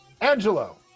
Angelo